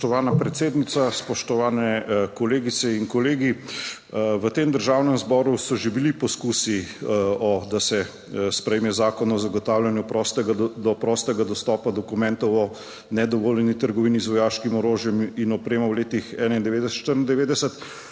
Spoštovana predsednica, spoštovane kolegice in kolegi! V tem Državnem zboru so že bili poskusi, da se sprejme Zakon o zagotavljanju do prostega dostopa dokumentov o nedovoljeni trgovini z vojaškim orožjem in opremo v letih 1991-1994.